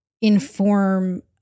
inform